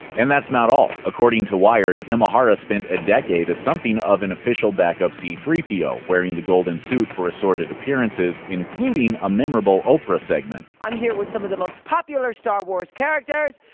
and that's not all. according to wired, imahara spent a decade as something of an official backup c three po, wearing the golden suit for assorted appearances including a memorable oprah segment i'm here with some of the most popular star wars characters.